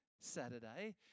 Saturday